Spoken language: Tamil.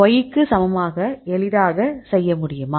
y க்கு சமமாக எளிதாக செய்ய முடியுமா